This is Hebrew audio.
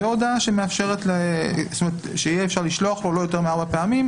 והודעה שיהיה אפשר לשלוח לו לא יותר מארבע פעמים,